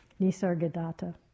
Nisargadatta